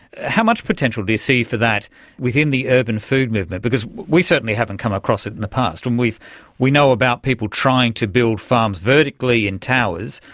how much potential do you see for that within the urban food movement? because we certainly haven't come across it in the past, um and we know about people trying to build farms vertically in towers,